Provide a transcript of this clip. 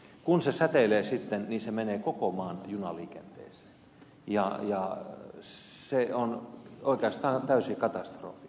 kun se säteilee sitten niin se menee koko maan junaliikenteeseen ja se on oikeastaan täysi katastrofi